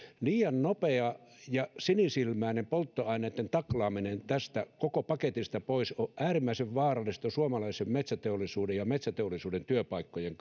liian nopea ja sinisilmäinen polttoaineitten taklaaminen tästä koko paketista pois on äärimmäisen vaarallista suomalaisen metsäteollisuuden ja metsäteollisuuden työpaikkojen